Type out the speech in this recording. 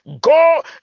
go